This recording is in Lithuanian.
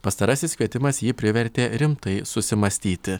pastarasis kvietimas jį privertė rimtai susimąstyti